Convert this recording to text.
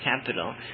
capital